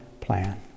plan